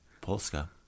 Polska